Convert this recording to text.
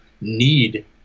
need